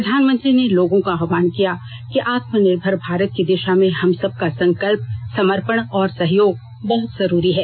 प्रधानमंत्री ने लोगों का आह्वान किया कि आत्मनिर्भर भारत की दिशा में हम सब का संकल्प समर्पण और सहयोग बहत जरूरी है